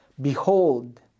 behold